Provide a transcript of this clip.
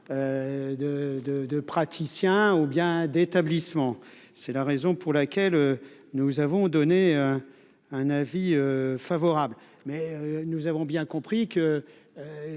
de. Six sien ou bien d'établissement, c'est la raison pour laquelle nous avons donné un avis favorable. Mais nous avons bien compris que